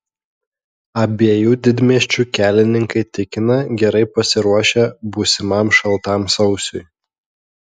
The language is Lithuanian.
abiejų didmiesčių kelininkai tikina gerai pasiruošę būsimam šaltam sausiui